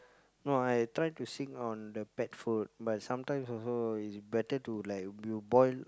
no I try to on the pet food but sometimes also it's better to like you boil